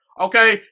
okay